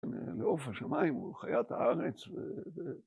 ‫לעוף השמיים הוא חיית הארץ.